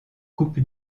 coupe